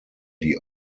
die